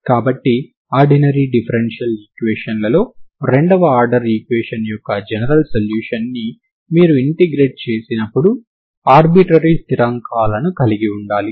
కాబట్టి ordinary differential equation లలో రెండవ ఆర్డర్ ఈక్వేషన్ యొక్క జనరల్ సొల్యూషన్ ని మీరు ఇంటిగ్రేట్ చేసినప్పుడు ఆర్బిట్రరీ స్థిరాంకాలను కలిగి ఉండాలి